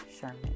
Sherman